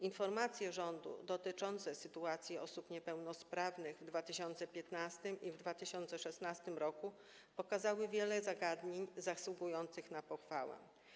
Informacje rządu dotyczące sytuacji osób niepełnosprawnych w 2015 r. i w 2016 r. pokazały wiele zagadnień zasługujących na pochwałę.